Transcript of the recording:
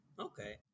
Okay